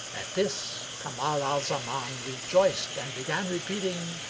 at this kamar al-zaman rejoiced and began repeating,